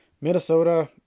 Minnesota